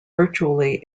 virtually